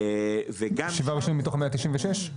וגם --- השבעה הראשונים מתוך ה-196?